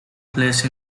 place